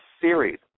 series